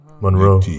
Monroe